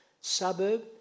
suburb